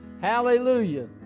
Hallelujah